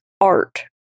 art